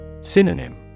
Synonym